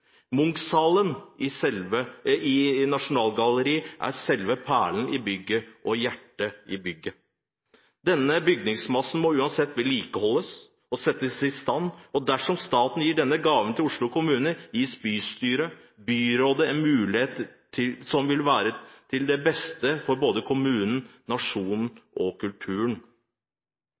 i Nasjonalgalleriet er selve perlen i bygget og hjertet i bygget. Denne bygningsmassen må uansett vedlikeholdes og settes i stand. Dersom staten gir denne i gave til Oslo kommune, gis bystyret og byrådet en mulighet som vil være til det beste for både kommunen, nasjonen og kulturen.